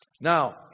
Now